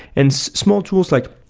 and small tools like,